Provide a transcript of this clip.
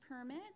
permit